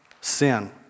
sin